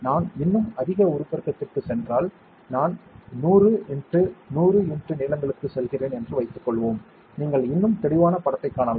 நான் இன்னும் அதிக உருப்பெருக்கத்திற்குச் சென்றால் நான் 100 x 100 x நீளங்களுக்குச் செல்கிறேன் என்று வைத்துக்கொள்வோம் நீங்கள் இன்னும் தெளிவான படத்தைக் காணலாம்